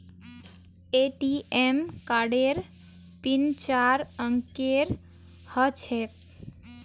ATM कार्डेर pin चार अंकेर ह छेक